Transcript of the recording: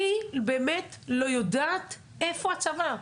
אני באמת לא יודעת איפה הצבא.